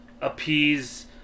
appease